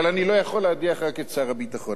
אבל אני לא יכול להדיח רק את שר הביטחון.